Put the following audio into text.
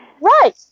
Right